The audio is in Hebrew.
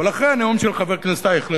אבל אחרי הנאום של חבר הכנסת אייכלר,